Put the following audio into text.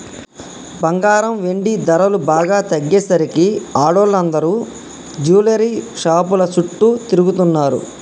బంగారం, వెండి ధరలు బాగా తగ్గేసరికి ఆడోళ్ళందరూ జువెల్లరీ షాపుల చుట్టూ తిరుగుతున్నరు